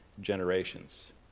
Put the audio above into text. generations